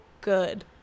good